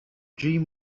dream